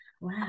Wow